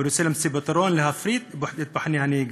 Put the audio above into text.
ורוצה להמציא פתרון: להפריט את מבחני הנהיגה.